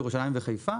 ירושלים וחיפה,